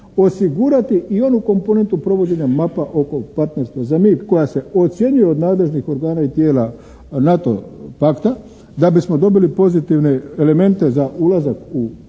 osigurati i onu komponentu provođenja mapa oko Partnerstva za mir koja se ocjenjuje od nadležnih organa i tijela NATO pakta da bismo dobili pozitivne elemente za ulazak u NATO s